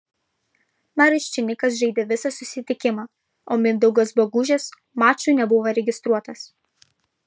marius činikas žaidė visą susitikimą o mindaugas bagužis mačui nebuvo registruotas